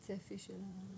הצפי אמור להיות סוף שנה.